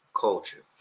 culture